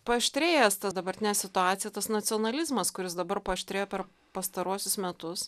paaštrėjęs tas dabartinė situacija tas nacionalizmas kuris dabar paaštrėjo per pastaruosius metus